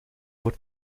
voor